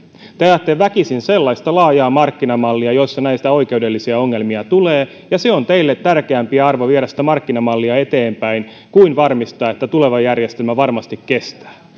te ajatte väkisin sellaista laajaa markkinamallia jossa näitä oikeudellisia ongelmia tulee ja se on teille tärkeämpi arvo viedä sitä markkinamallia eteenpäin kuin varmistaa että tuleva järjestelmä varmasti kestää